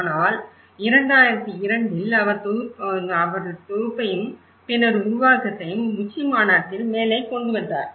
ஆனால் 2002இல் அவர் தொகுப்பையும் பின்னர் உருவாக்கத்தையும் உச்சிமாநாட்டில் மேலே கொண்டு வந்தார்